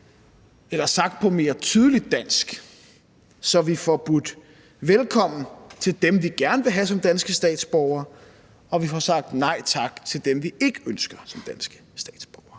Eller sagt på mere tydeligt dansk: Så vi får budt velkommen til dem, vi gerne vil have som danske statsborgere, og vi får sagt nej tak til dem, vi ikke ønsker som danske statsborgere.